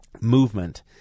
movement